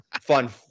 Fun